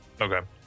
Okay